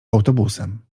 autobusem